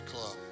club